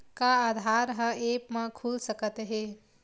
का आधार ह ऐप म खुल सकत हे?